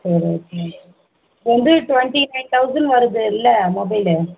சரி ஓகே இப்போ வந்து டுவெண்ட்டி நயன் தௌசண்ட் வருதில்ல மொபைலு